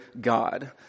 God